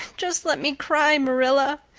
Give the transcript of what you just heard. just let me cry, marilla,